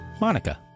Monica